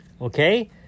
Okay